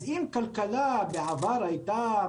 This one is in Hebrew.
אז אם כלכלה בעבר הייתה